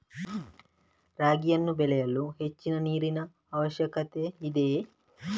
ರಾಗಿಯನ್ನು ಬೆಳೆಯಲು ಹೆಚ್ಚಿನ ನೀರಿನ ಅವಶ್ಯಕತೆ ಇದೆಯೇ?